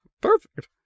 Perfect